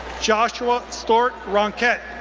joshua stewart ronkette,